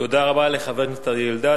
תודה רבה לחבר הכנסת אריה אלדד.